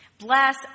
Bless